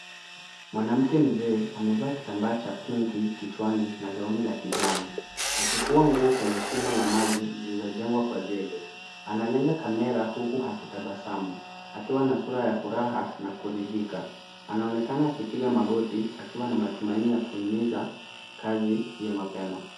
Mwanamke mzee amevaa kitambaa cha pinki kichwani na gauni la kijani akifua nguo kwenye shimo la maji lililojengwa kwa zege. Analenga kamera huku akitabasamu akiwa na sura ya furaha na kuridhika. Anaonekana akipiga magoti, akiwa na matumaini ya kuhimiza kazi hiyo mapema.